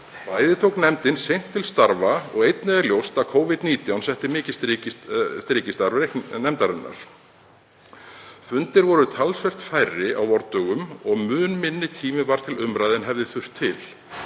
Bæði tók nefndin seint til starfa og einnig er ljóst að Covid-19 setti mikið strik í starf nefndarinnar. Fundir voru töluvert færri á vordögum og mun minni tími var til umræðu en hefði þurft til.